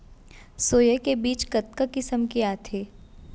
Soya के बीज कतका किसम के आथे?